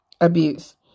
abuse